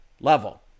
level